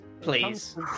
please